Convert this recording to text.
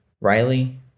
Riley